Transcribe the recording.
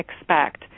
expect